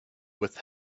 with